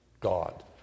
God